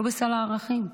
זה לא בסל הערכים.